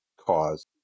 cause